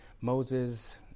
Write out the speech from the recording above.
Moses